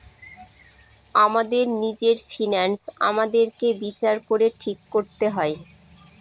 আমাদের নিজের ফিন্যান্স আমাদেরকে বিচার করে ঠিক করতে হয়